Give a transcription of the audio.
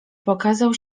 pokazał